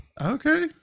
Okay